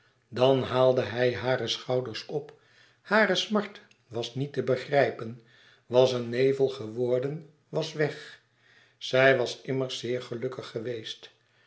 dan haalde zij hare schouders op hare smart was niet te begrijpen was een nevel geworden was weg zij was immers zeer gelukkig gewèest